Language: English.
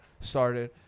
started